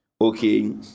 Okay